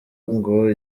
ngo